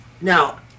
Now